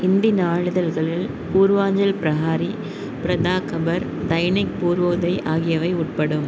இந்தி நாளிதழ்களில் பூர்வாஞ்சல் பிரஹாரி பிரதா கபர் தைனிக் பூர்வோதய் ஆகியவை உட்படும்